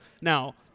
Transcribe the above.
Now